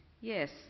Yes